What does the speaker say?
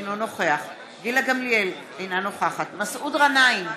אינו נוכח גילה גמליאל, אינה נוכחת מסעוד גנאים,